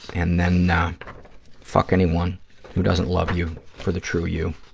and then fuck anyone who doesn't love you for the true you.